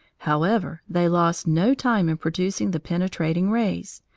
however, they lost no time in producing the penetrating rays,